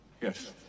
Yes